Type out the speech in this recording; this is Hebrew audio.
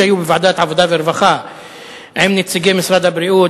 שהיו בוועדת העבודה והרווחה עם נציגי משרד הבריאות,